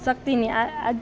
શક્તિની આ